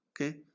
Okay